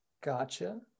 Gotcha